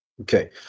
Okay